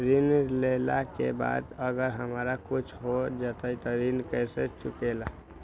ऋण लेला के बाद अगर हमरा कुछ हो जाइ त ऋण कैसे चुकेला?